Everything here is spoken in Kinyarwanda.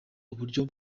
uburyo